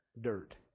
dirt